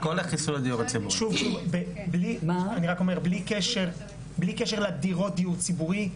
בלי קשר לדירות דיור ציבורי,